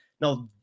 Now